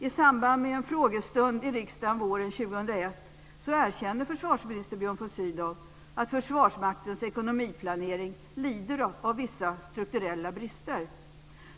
I samband med en frågestund i riksdagen våren 2001 erkände försvarsminister Björn von Sydow att Försvarsmaktens ekonomiplanering lider av vissa strukturella brister.